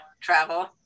travel